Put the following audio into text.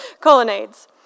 colonnades